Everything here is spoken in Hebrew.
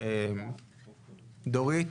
דורית,